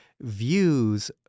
views